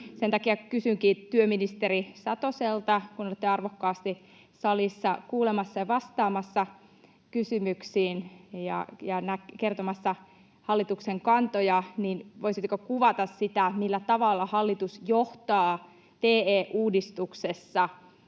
Sen takia kysynkin työministeri Satoselta, kun olette arvokkaasti salissa kuulemassa ja vastaamassa kysymyksiin ja kertomassa hallituksen kantoja, että voisitteko kuvata sitä, millä tavalla hallitus johtaa TE-uudistuksessa